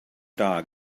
dog